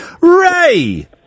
ray